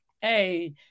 Hey